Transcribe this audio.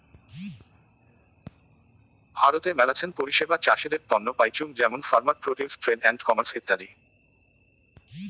ভারতে মেলাছেন পরিষেবা চাষীদের তন্ন পাইচুঙ যেমন farmer produce trade and commerce ইত্যাদি